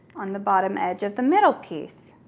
on the bottom edge of the middle piece.